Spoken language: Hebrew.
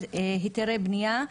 זה היתרי בנייה,